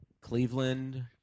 Cleveland